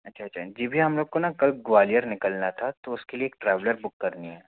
अच्छा अच्छा जी भैया हम लोग को ना कल ग्वालियर निकलना था तो उसके लिए एक ट्रैवलर बुक करनी है